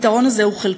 הפתרון הזה הוא חלקי.